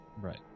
Right